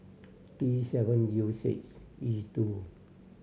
T seven U six E two